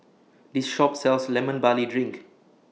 This Shop sells Lemon Barley Drink